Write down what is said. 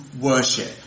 worship